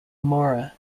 mora